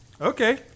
okay